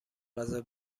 غذا